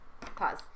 Pause